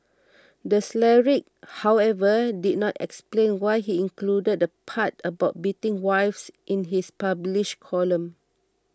the cleric however did not explain why he included the part about beating wives in his published column